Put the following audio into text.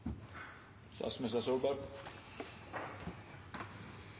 statsminister Solberg